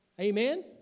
amen